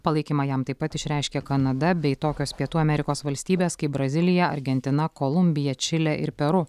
palaikymą jam taip pat išreiškė kanada bei tokios pietų amerikos valstybės kaip brazilija argentina kolumbija čilė ir peru